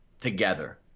Together